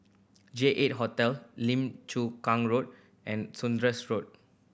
J Eight Hotel Lim Chu Kang Road and Saunders Road